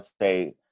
say